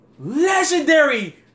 Legendary